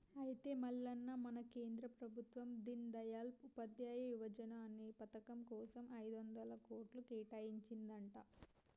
అయితే మల్లన్న మన కేంద్ర ప్రభుత్వం దీన్ దయాల్ ఉపాధ్యాయ యువజన అనే పథకం కోసం ఐదొందల కోట్లు కేటాయించిందంట